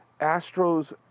Astros